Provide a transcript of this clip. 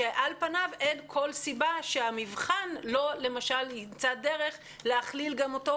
ועל פניו אין סיבה שהמבחן לא ימצא דרך להכליל גם הנזק הזה,